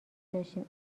داشتیم